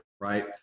Right